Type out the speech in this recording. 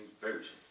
Version